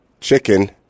chicken